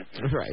Right